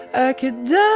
i could die